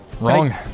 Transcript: Wrong